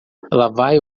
vai